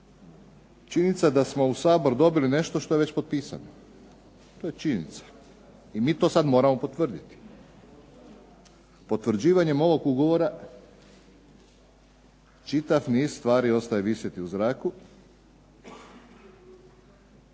Činjenica da smo u Sabor dobili nešto što je već potpisano. To je činjenica i mi to sad moramo potvrditi. Potvrđivanjem ovog ugovora čitav niz stvari ostaje visjeti u zraku, čitav niz toga je upitan